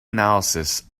analysis